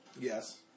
Yes